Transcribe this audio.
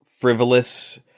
frivolous